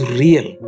real